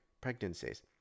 pregnancies